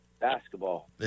basketball